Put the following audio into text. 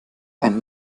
ein